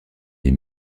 les